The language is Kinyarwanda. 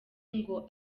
ngo